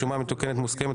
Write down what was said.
שומה מתוקנת מוסכמת),